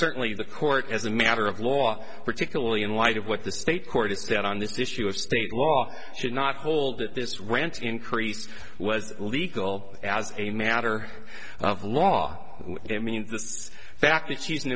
certainly the court as a matter of law particularly in light of what the state court has said on this issue of state law should not hold that this rent increase was legal as a matter of law it means this fact that she's an